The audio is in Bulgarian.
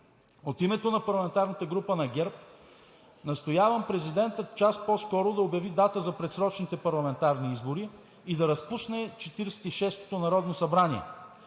от името на парламентарната група на ГЕРБ настоявам президентът час по-скоро да обяви дата за предсрочните парламентарни избори и да разпусне Четиридесет и шестото народно събрание.